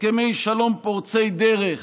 הסכמי שלום פורצי דרך